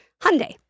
Hyundai